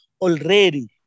already